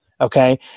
okay